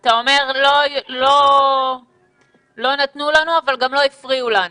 אתה אומר שלא נתנו לכם אבל גם לא הפריעו לכם.